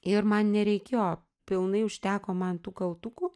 ir man nereikėjo pilnai užteko man tų kaltukų